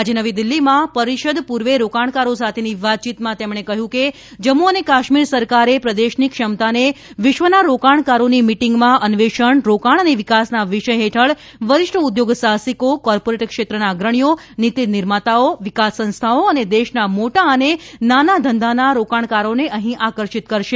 આજે નવી દિલ્હીમાં પરિષદ પ્રર્વે રોકાણકારો સાથેની વાતચીતમાં તેમણે કહ્યું કે જમ્મુ અને કાશ્મીર સરકારે પ્રદેશની ક્ષમતાને વિશ્વના રોકાણકારોની મીટીંગમાં અન્વેષણ રોકાણ અને વિકાસના વિષય હેઠળ વરિષ્ઠ ઉદ્યોગ સાહસિકો કોર્પોરિટ ક્ષેત્રના અગ્રણીઓ નીતિ નિર્માતાઓ વિકાસ સંસ્થાઓ અને દેશના મોટા અને નાના ધંધાના રાકણકારોને અહીં આકર્ષિત કરશે